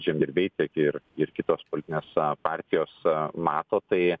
žemdirbiai tiek ir ir kitos politinės partijos mato tai